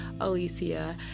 Alicia